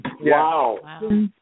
Wow